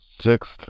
sixth